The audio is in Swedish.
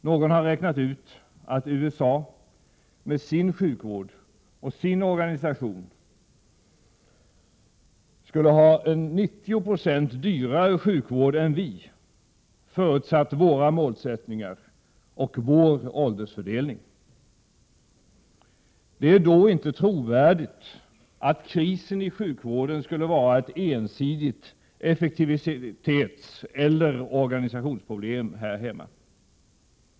Någon har räknat ut att USA — med sin sjukvård och sin organisation — skulle ha 90 96 dyrare sjukvård än vi under förutsättning att de hade våra målsättningar och vår åldersfördelning. Det är inte trovärdigt att krisen i sjukvården skulle vara ett ensidigt effektivitetseller organisationsproblem här hemma.